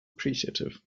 appreciative